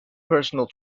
personal